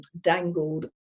dangled